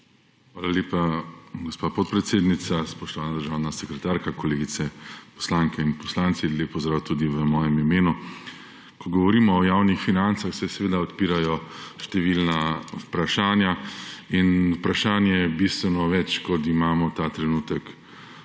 Hvala lepa, gospa podpredsednica. Spoštovana državna sekretarka, kolegice poslanke in poslanci, lep pozdrav tudi v mojem imenu! Ko govorimo o javnih financah, se odpirajo številna vprašanja in vprašanj je bistveno več, kot imamo ta trenutek